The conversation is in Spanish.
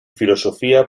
filosofía